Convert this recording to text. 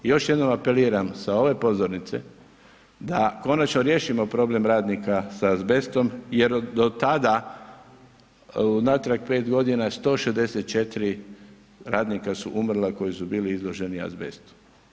Još jednom apeliram sa ove pozornice da konačno riješimo problem radnika sa azbestom jer do tada, unatrag 5 godina 164 radnika su umrla koji su bili izloženi azbestu.